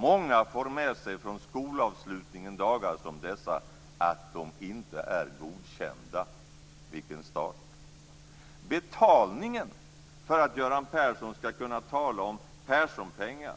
Många får dagar som dessa med sig från skolavslutningen att de inte är godkända. Vilken start! Betalningen för att Göran Persson skall kunna tala om Perssonpengar